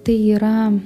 tai yra